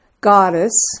goddess